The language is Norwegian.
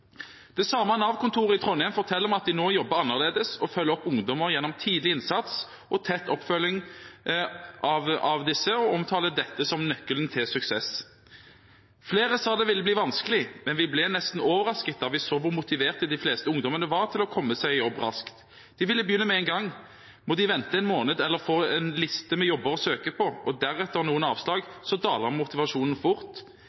samme Nav-kontoret i Trondheim forteller at de nå jobber annerledes. En følger opp ungdommer gjennom tidlig innsats og har tett oppfølging av dem, og en omtaler dette som nøkkelen til suksess. «Flere sa det ville bli vanskelig, men vi ble nesten overrasket da vi så hvor motiverte de fleste ungdommene var til å komme seg i jobb raskt. De ville begynne med en gang. Må de vente en måned, eller får en liste med jobber og søke på og deretter noen avslag, så daler motivasjonen fort».